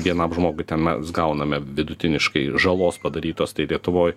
vienam žmogui ten mes gauname vidutiniškai žalos padarytos tai lietuvoj